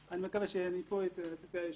אני מקווה שמפה תצא הישועה.